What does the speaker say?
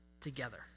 together